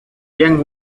young